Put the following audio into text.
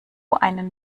einen